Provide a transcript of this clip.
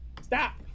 stop